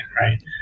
right